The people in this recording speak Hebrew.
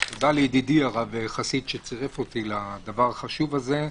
תודה לידידי הרב חסיד שצירף אותי לדבר החשוב הזה,